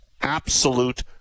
Absolute